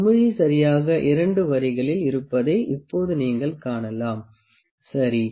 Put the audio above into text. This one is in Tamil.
குமிழி சரியாக 2 வரிகளில் இருப்பதை இப்போது நீங்கள் காணலாம் சரி